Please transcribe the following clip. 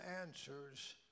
answers